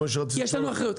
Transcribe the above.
כי יש לנו אחריות.